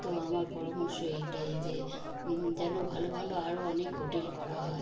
তো আমার পরামর্শ এইটাই যে যেন ভালো ভালো আরও অনেক হোটেল করা হয়